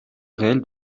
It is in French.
réel